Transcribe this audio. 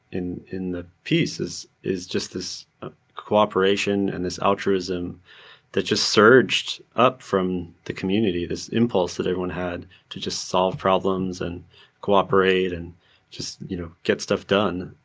and the piece is is just this cooperation and this altruism that just surged up from the community, this impulse that everyone had to just solve problems and cooperate and just you know get stuff done.